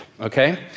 okay